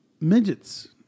midgets